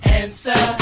answer